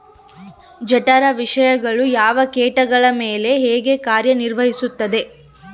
ಜಠರ ವಿಷಯಗಳು ಯಾವ ಕೇಟಗಳ ಮೇಲೆ ಹೇಗೆ ಕಾರ್ಯ ನಿರ್ವಹಿಸುತ್ತದೆ?